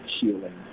healing